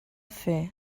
fer